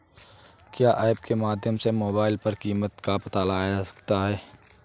क्या ऐप के माध्यम से मोबाइल पर कीमत का पता लगाया जा सकता है?